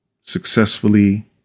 successfully